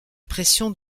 pression